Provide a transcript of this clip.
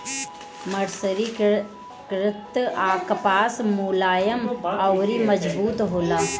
मर्सरीकृत कपास मुलायम अउर मजबूत होला